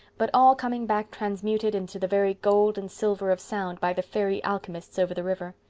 but all coming back transmuted into the very gold and silver of sound by the fairy alchemists over the river.